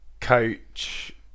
Coach